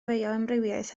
fioamrywiaeth